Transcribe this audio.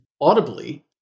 audibly